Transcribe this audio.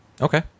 Okay